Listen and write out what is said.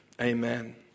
Amen